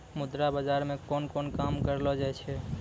मुद्रा बाजार मे कोन कोन काम करलो जाय छै